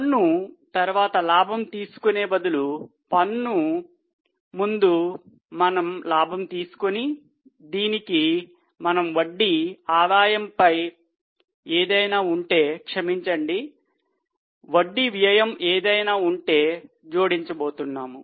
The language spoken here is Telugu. పన్ను తర్వాత లాభం తీసుకునే బదులు మనం పన్ను ముందు లాభం తీసుకుని దీనికి మనం వడ్డీ ఆదాయం ఏదైనా ఉంటే క్షమించండి వడ్డీ వ్యయం ఏదైనా ఉంటే జోడించబోతున్నాం